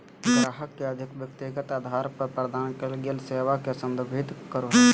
ग्राहक के अधिक व्यक्तिगत अधार पर प्रदान कइल गेल सेवा के संदर्भित करो हइ